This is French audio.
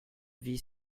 vie